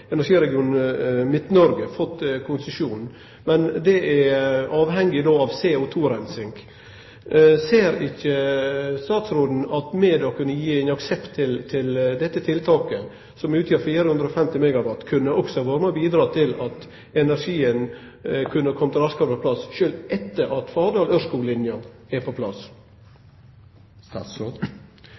fått konsesjon, med det er avhengig av CO2-reinsing. Ser ikkje statsråden at ved å gi ein aksept til dette tiltaket utan CO2-reinsing, som utgjer 450 MW, kunne han også vore med og bidrege til at energien kunne komme raskare på plass, sjølv etter at Fardal–Ørskog-lina er på